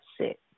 sit